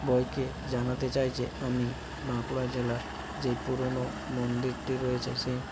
বয়কে জানাতে চাই যে আমি বাঁকুড়া জেলার যেই পুরনো মন্দিরটি রয়েছে সেই